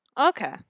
Okay